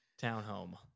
townhome